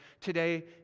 today